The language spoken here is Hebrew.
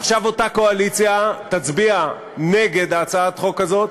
ועכשיו אותה קואליציה תצביע נגד הצעת החוק הזאת.